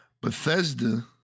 Bethesda